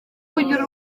kugira